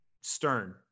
stern